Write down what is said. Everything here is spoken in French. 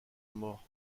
mort